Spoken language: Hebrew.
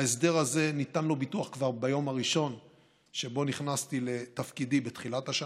להסדר הזה ניתן ביטוח כבר ביום הראשון שבו נכנסתי לתפקידי בתחילת השנה.